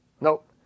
Nope